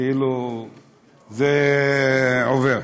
כאילו זה עובר.